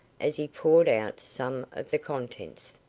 as he poured out some of the contents.